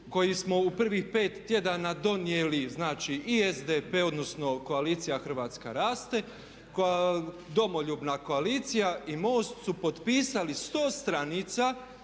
koji smo u prvih pet tjedana donijeli znači i SDP odnosno Koalicija Hrvatska raste koja Domoljubna Koalicija i MOST su potpisali 100 stranica